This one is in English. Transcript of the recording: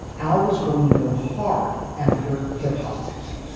al was going to go hard after hip hop. riden